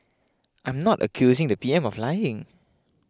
I'm not accusing the P M of lying